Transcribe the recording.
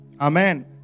Amen